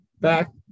back